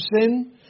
sin